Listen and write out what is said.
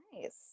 Nice